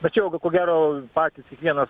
tačiau ko gero patys kiekvienas